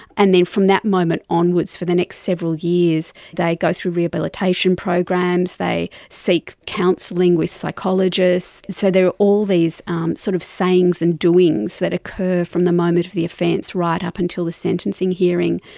and then from that moment onwards for the next several years they go through rehabilitation programs, they seek counselling with psychologists. so there are all these sort of sayings and doings that occur from the moment of the offence right up until the sentencing hearing.